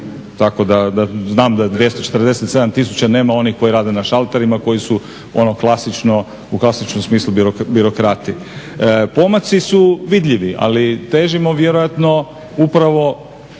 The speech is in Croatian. tako da, znam da je 247 tisuća, nema onih koji rade na šalterima, koji su ono klasično, u klasičnom smislu birokrati. Pomaci su vidljivi, ali težimo vjerojatno, upravo